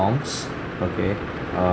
okay err